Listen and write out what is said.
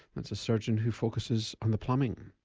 that's a surgeon who focuses on the plumbing.